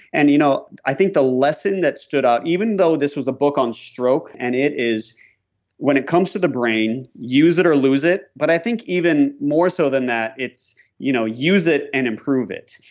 and you know i think the lesson that stood out, even though this was a book on stroke, and it is when it comes to the brain, use it or lose it but i think even more so than that, it's you know use it and improve it.